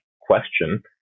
question